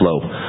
flow